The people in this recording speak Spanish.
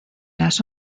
las